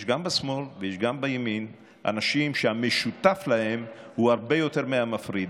יש גם בשמאל ויש גם בימין אנשים שהמשותף להם הוא הרבה יותר מהמפריד,